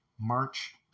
March